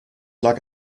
lag